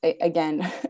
Again